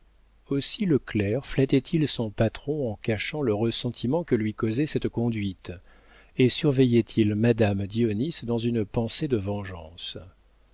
aussi le clerc flattait il son patron en cachant le ressentiment que lui causait cette conduite et surveillait il madame dionis dans une pensée de vengeance